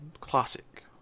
Classic